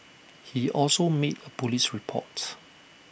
he also made A Police report